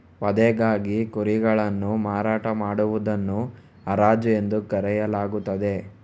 ವಧೆಗಾಗಿ ಕುರಿಗಳನ್ನು ಮಾರಾಟ ಮಾಡುವುದನ್ನು ಹರಾಜು ಎಂದು ಕರೆಯಲಾಗುತ್ತದೆ